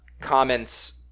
comments